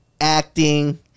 acting